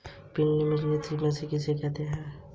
Pin निम्नलिखित में से किसके लिए है?